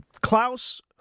Klaus